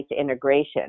integration